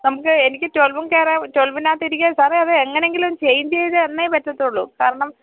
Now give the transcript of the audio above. നമുക്ക് എനിക്ക് ട്വൽവും കയറാം ട്വൽവിനകത്തും ഇരിക്കാം സാറേ അതെങ്ങനെയെങ്കിലും ചേഞ്ച് ചെയ്തു തന്നേ പറ്റത്തുള്ളൂ കാരണം